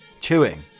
chewing